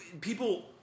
people